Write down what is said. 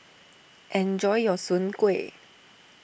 enjoy your Soon Kueh